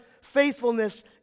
faithfulness